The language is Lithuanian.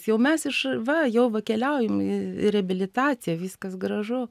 jie jau viskas jau mes iš va jau va keliaujam į reabilitaciją viskas gražu